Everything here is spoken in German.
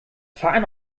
fahren